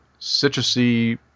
citrusy